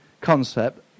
concept